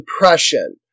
depression